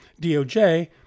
DOJ